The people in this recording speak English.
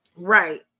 Right